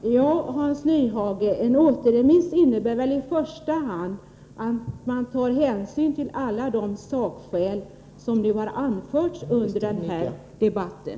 Herr talman! Ja, Hans Nyhage, en återremiss innebär väl i första hand att man tar hänsyn till alla nya sakskäl som anförts under den här debatten.